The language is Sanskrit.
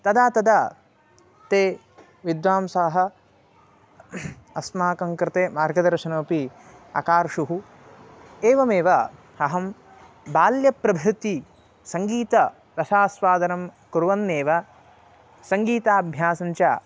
तदा तदा ते विद्वांसाः अस्माकं कृते मार्गदर्शनमपि अकार्षुः एवमेव अहं बाल्यप्रभृति सङ्गीतरसास्वादनं कुर्वन्नेव सङ्गीताभ्यासं च